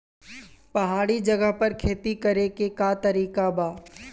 पहाड़ी जगह पर खेती करे के का तरीका बा?